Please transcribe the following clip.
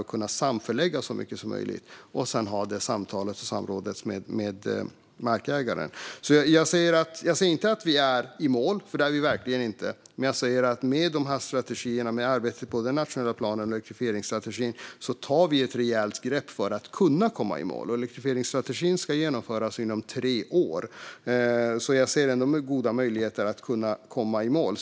Man ska samförlägga så mycket som möjligt och sedan ha samtal och samråd med markägaren. Jag säger inte att vi är i mål, för det är vi verkligen inte. Men med de här strategierna och med arbetet i den nationella planen och i elektrifieringsstrategin tar vi ett rejält steg mot målet. Elektrifieringsstrategin ska genomföras inom tre år. Jag ser goda möjligheter att komma i mål.